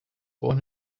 born